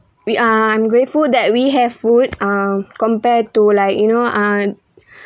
we are I'm grateful that we have food uh compared to like you know ah